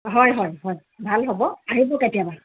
হয় হয় হয় ভাল হ'ব আহিব কেতিয়াবা